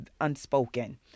unspoken